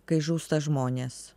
kai žūsta žmonės